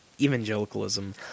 evangelicalism